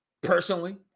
personally